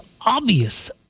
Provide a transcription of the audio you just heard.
obvious